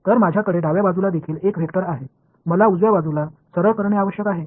तर माझ्याकडे डाव्या बाजूला देखील एक वेक्टर आहे मला उजव्या बाजूला सरळ करणे आवश्यक आहे